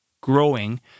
growing